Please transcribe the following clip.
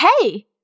hey